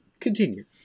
continue